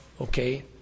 Okay